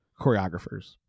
choreographers